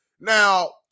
Now